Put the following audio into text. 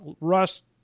Rust